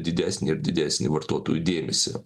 didesnį ir didesnį vartotojų dėmesį